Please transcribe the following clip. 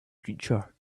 creature